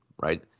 right